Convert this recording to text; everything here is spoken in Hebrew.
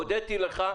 הודיתי לך.